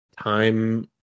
time